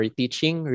teaching